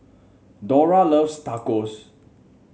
Dora loves Tacos